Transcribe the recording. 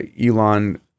Elon